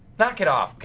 knock it off, okay?